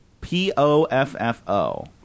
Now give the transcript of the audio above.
P-O-F-F-O